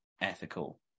ethical